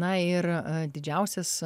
na ir didžiausias